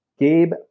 Gabe